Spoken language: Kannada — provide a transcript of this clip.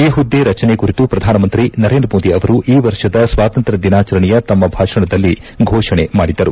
ಈ ಹುದ್ದೆ ರಚನೆ ಕುರಿತು ಪ್ರಧಾನಮಂತ್ರಿ ನರೇಂದ್ರ ಮೋದಿ ಅವರು ಈ ವರ್ಷದ ಸ್ವಾತಂತ್ರ ದಿನಾಚರಣೆಯ ತಮ್ನ ಭಾಷಣದಲ್ಲಿ ಘೋಷಣೆ ಮಾಡಿದ್ದರು